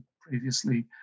previously